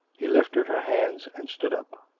he lifted her hands and stood up.